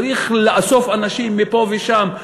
צריך לאסוף אנשים מפה ושם.